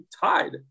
tied